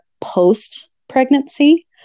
post-pregnancy